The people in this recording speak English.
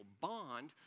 bond